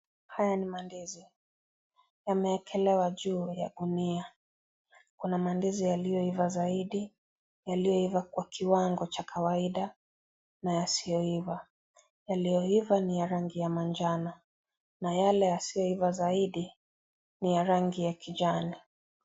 Haya ni mandizi yameekelewa juu ya gunia. Kuna mandizi yaliyoiva zaidi, yaliyoiva kwa kiwango cha kawaida na yasiyoiva. Yaliyoiva ni ya rangi ya manjano na yale yasioiva zaidi ni ya rangi ya kijani.